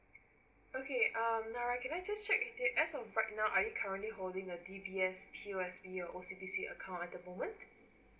okay um now can I just check if they of right now are you currently holding a D_B_S P_O_S_B or O_C_B_C account at the moment